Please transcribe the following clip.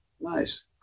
nice